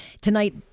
tonight